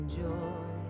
joy